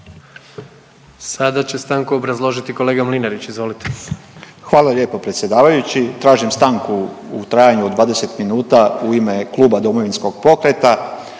Sada će stanku obrazložiti kolega Mlinarić, izvolite. **Mlinarić, Stipo (DP)** Hvala lijepo predsjedavajući. Tražim stanku u trajanju od 20 minuta u ime Kluba Domovinskog pokreta